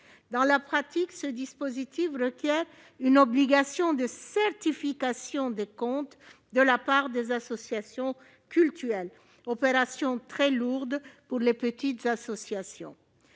Dans la pratique, ce dispositif requiert une obligation de certification des comptes de la part des associations cultuelles. Or une telle opération est très lourde pour les petites associations.